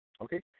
okay